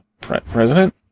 president